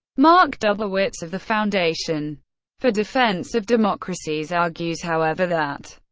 mark dubowitz of the foundation for defense of democracies argues, however, that,